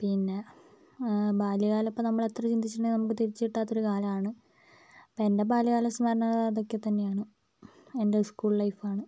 പിന്നെ ബാല്യകാലമൊക്കെ നമ്മള് എത്ര ചിന്തിച്ചിട്ടുണ്ടെങ്കിലും നമുക്ക് തിരിച്ച് കിട്ടാത്ത ഒരു കാലമാണ് അപ്പോൾ എൻ്റെ ബാല്യകാല സ്മരണകള് അതൊക്കെത്തന്നെയാണ് എൻ്റെ സ്കൂൾ ലൈഫ് ആണ്